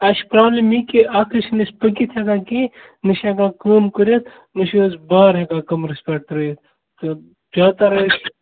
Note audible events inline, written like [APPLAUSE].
اَسہِ چھِ پٮ۪وان [UNINTELLIGIBLE] اَکھ حظ چھِنہٕ أسۍ پٔکِتھ ہٮ۪کان کِہیٖنۍ نہ چھِ ہٮ۪کان کٲم کٔرِتھ نہ چھِ حظ بار ہٮ۪کان کَمرَس پٮ۪ٹھ ترٛٲیِتھ تہٕ زیادٕ تَر حظ